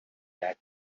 that